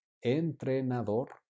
entrenador